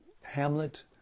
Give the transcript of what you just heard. hamlet